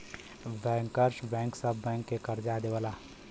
bankers bank सब bank के करजा देवला